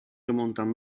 mountain